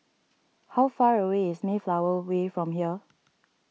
how far away is Mayflower Way from here